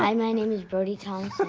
i mean is brody thomas,